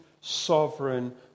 sovereign